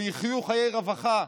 ויחיו חיי רווחה.